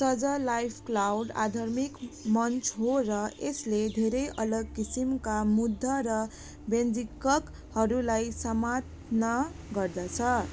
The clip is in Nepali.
सजा लाइभ क्लाउड आधार्मिक मञ्च हो र यसले धेरै अलग किसिमका मुद्दा र ब्यान्जिककहरूलाई समात्न गर्दछ